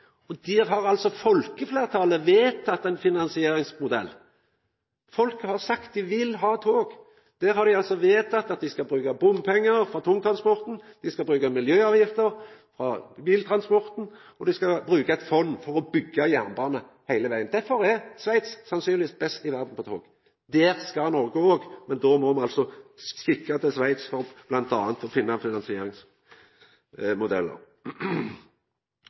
presist. Der har folkefleirtalet vedtatt ein finansieringsmodell. Folket har sagt at dei vil ha tog. Der har dei altså vedtatt at dei skal bruka bompengar frå tungtransporten, dei skal bruka miljøavgifter frå biltransporten, og dei skal bruka eit fond for å byggja jernbane heile vegen. Derfor er Sveits sannsynlegvis best i verda på tog. Der skal Noreg òg, men då må me kikka til Sveits bl.a. for å finna finansieringsmodellar.